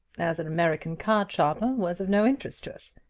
as an american card sharper was of no interest to us.